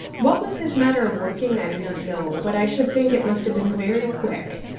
what was his manner of working i do not know, but i should think it must have been very quick,